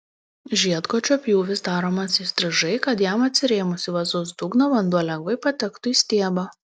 žiedkočio pjūvis daromas įstrižai kad jam atsirėmus į vazos dugną vanduo lengvai patektų į stiebą